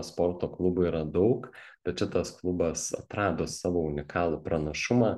sporto klubų yra daug bet šitas klubas atrado savo unikalų pranašumą